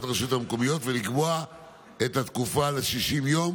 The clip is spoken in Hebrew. לרשויות המקומיות ולקבוע את התקופה ל-60 יום,